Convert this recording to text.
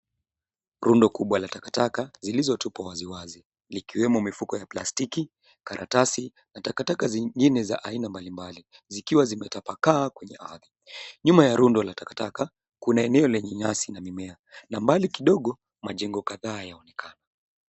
Rundo kubwa la takataka zilizotupwa waziwazi likiwemo mifuko ya plastiki, karatasi na takataka nyingine za aina mbalimbali zikiwa zimetapakaa kwenye ardhi. Nyuma ya rundo la takataka kuna eneo lenye nyasi na mimea na mbali kidogo majengo kadhaa yaonekana.